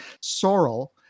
Sorrel